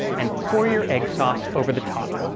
and pour your egg sauce over the top,